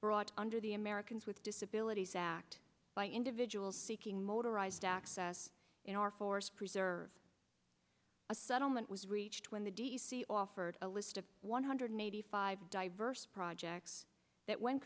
brought under the americans with disabilities act by individuals seeking motorized access in our forest preserve a settlement was reached when the d c offered a list of one hundred eighty five diverse projects that when